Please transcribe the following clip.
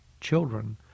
children